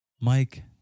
Mike